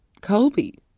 Colby